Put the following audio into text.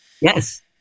Yes